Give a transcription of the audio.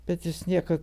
bet jis niekad